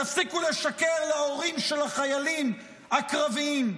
תפסיקו לשקר להורים של החיילים הקרביים.